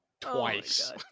twice